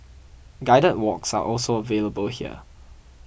guided walks are also available here